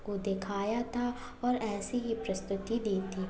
को दिखाया था और ऐसी ही प्रस्तुति दी थी